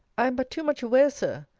i am but too much aware, sir,